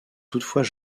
toutefois